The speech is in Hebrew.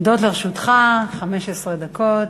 עומדות לרשותך 15 דקות.